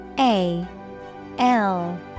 A-L